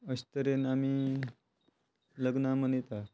अश तरेन आमी लग्नां मनयता